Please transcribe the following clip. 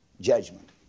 judgment